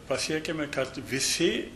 pasiekiami kad visi